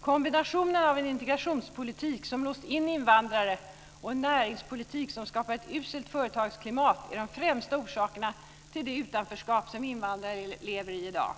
Kombinationen av en integrationspolitik som låst in invandrare och en näringspolitik som skapar ett uselt företagarklimat är de främsta orsakerna till det utanförskap som invandrare lever i dag.